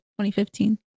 2015